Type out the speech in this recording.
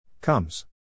Comes